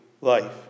life